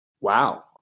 Wow